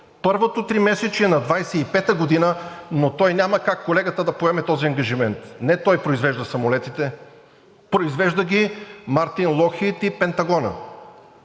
първото тримесечие на 2025 г., но той няма как, колегата, да поеме този ангажимент, не той произвежда самолетите, произвежда ги „Мартин Локхийд“ и Пентагонът.